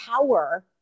power